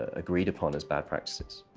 agreed upon as bad practices.